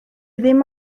ddim